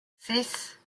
six